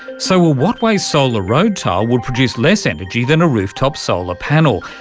so a wattway solar road tile would produce less energy than a roof-top solar panel.